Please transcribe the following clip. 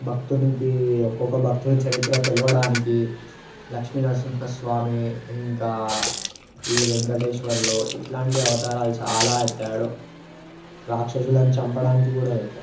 భక్తునికి ఒక్కొక్క భక్తుని చరిత్ర తెలియడానికి లక్ష్మీనరసింహస్వామి ఇంకా ఈ వెంకటేశ్వరులు ఇట్లాంటి అవతారాలు చాలా ఎత్తాడు రాక్షషులను చంపడానికి కూడా ఎత్తా